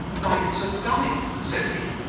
why, it's a dummy, said he.